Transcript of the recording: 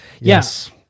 Yes